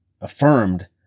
affirmed